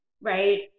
right